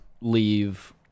leave